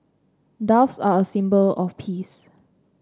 doves are a symbol of peace